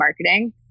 marketing